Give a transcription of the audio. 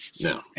No